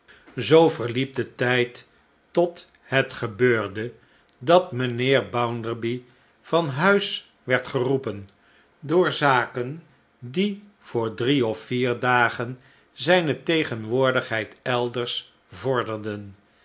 zoo verliep de tijd tot het gebeurde dat mijnheer bounderby van huis werd geroepen door zaken die voor drie of vier dagen zijne tegenwoordigheid elders vorderden